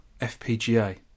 FPGA